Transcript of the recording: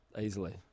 Easily